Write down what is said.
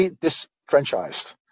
disfranchised